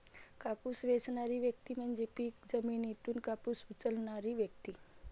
कापूस वेचणारी व्यक्ती म्हणजे पीक जमिनीतून कापूस उचलणारी व्यक्ती